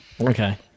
Okay